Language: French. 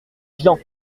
vian